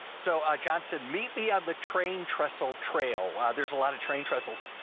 so ah john said meet me on the train trestle trail. ah there's a lot of train trestles.